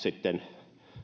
sitten